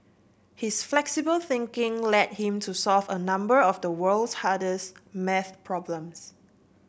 his flexible thinking led him to solve a number of the world's hardest maths problems